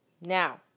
Now